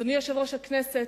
אדוני יושב-ראש הכנסת,